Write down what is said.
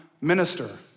minister